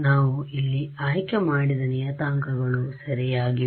ನಾವು ಇಲ್ಲಿ ಆಯ್ಕೆ ಮಾಡಿದ ನಿಯತಾಂಕಗಳು ಸರಿಯಾಗಿವೆ